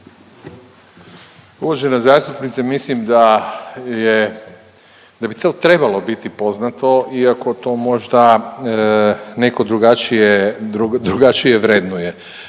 Uvažena zastupnice mislim da je da bi to trebalo biti poznato iako to možda neko drugačije vrednuje.